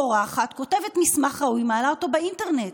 טורחת, כותבת מסמך ראוי, מעלה אותו באינטרנט,